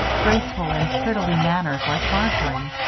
graceful and prettily mannered like marjory.